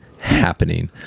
happening